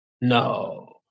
No